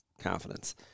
confidence